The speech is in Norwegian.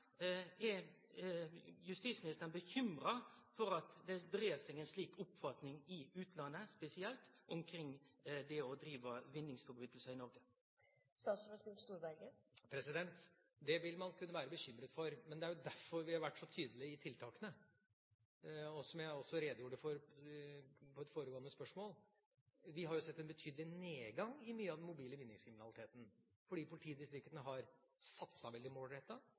er spørsmålet mitt til justisministeren: Er justisministeren bekymra for at det breier seg ei slik oppfatning, i utlandet spesielt, omkring det å drive med vinningsbrotsverk i Noreg? Det vil man kunne være bekymret for, men det er jo derfor vi har vært så tydelige i tiltakene, som jeg også redegjorde for på et foregående spørsmål. Vi har sett en betydelig nedgang i mye av den mobile vinningskriminaliteten fordi politidistriktene har satset veldig